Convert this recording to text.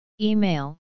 Email